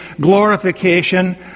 glorification